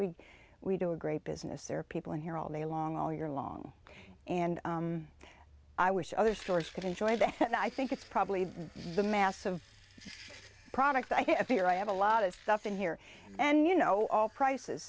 week we do a great business there are people in here all day long all year long and i wish other stores could enjoy them and i think it's probably the mass of product i fear i have a lot of stuff in here and you know all prices